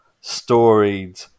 storied